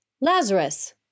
Lazarus